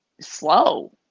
slow